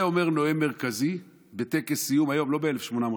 את זה אומר נואם מרכזי בטקס סיום היום, לא ב-1883,